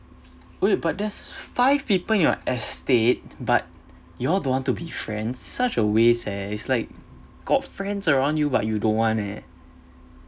wait but there's five people in your estate but y'all don't want to be friends such a waste eh it's like got friends around you but you don't want eh